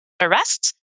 arrest